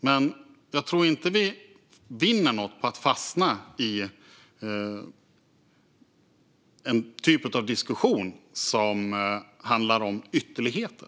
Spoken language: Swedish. Men vi vinner nog inget på att fastna i en diskussion som handlar om ytterligheter.